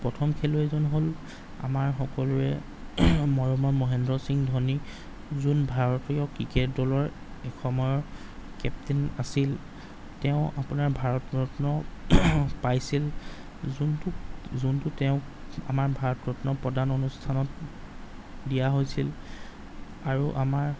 প্ৰথম খেলুৱৈ জন হ'ল আমাৰ সকলোৰে মৰমৰ মহেন্দ্ৰ সিং ধোনী যোন ভাৰতীয় ক্ৰিকেট দলৰ এসময়ৰ কেপ্তেইন আছিল তেওঁ আপোনাৰ ভাৰত ৰত্ন পাইছিল যোনটো যোনটো তেওঁক আমাৰ ভাৰত ৰত্ন প্ৰদান অনুষ্ঠানত দিয়া হৈছিল আৰু আমাৰ